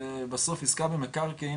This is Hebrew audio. זה בסוף עיסקה במקרקעין